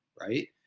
right